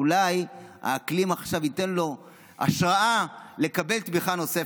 אולי האקלים עכשיו ייתן לו השראה לקבל תמיכה נוספת.